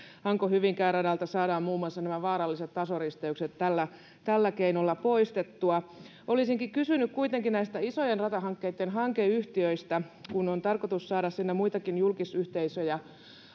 hanko hyvinkää radalta saadaan muun muassa vaaralliset tasoristeykset tällä tällä keinolla poistettua olisin kysynyt kuitenkin näistä isojen ratahankkeitten hankeyhtiöistä kun on tarkoitus saada sinne muitakin julkisyhteisöjä